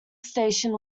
station